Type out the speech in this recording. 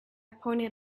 pointed